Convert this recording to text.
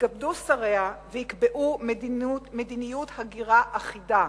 יתכבדו שריה ויקבעו מדיניות הגירה אחידה,